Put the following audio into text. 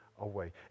away